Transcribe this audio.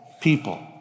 People